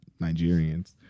Nigerians